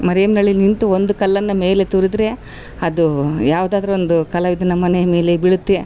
ಮರಿಯಮ್ನಹಳ್ಳಿಲಿ ನಿಂತು ಒಂದು ಕಲ್ಲನ್ನು ಮೇಲೆ ತೂರಿದ್ರೆ ಅದು ಯಾವುದಾದ್ರು ಒಂದು ಕಲಾವಿದನ ಮನೆ ಮೇಲೆ ಬೀಳುತ್ತೆ